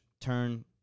turn